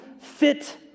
fit